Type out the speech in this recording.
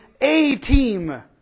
A-Team